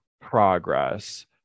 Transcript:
progress